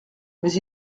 mais